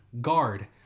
Guard